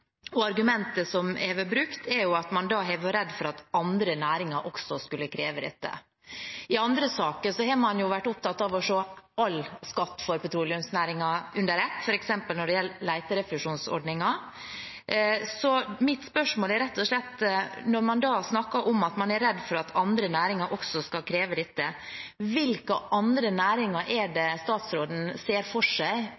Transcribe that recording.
og argumentet som har vært brukt, er at man har vært redd for at andre næringer også skulle kreve dette. I andre saker har man vært opptatt av å se all skatt for petroleumsnæringen under ett, f.eks. når det gjelder leterefusjonsordningen. Mitt spørsmål er rett og slett: Når man snakker om at man er redd for at andre næringer også skal kreve dette, hvilke andre næringer er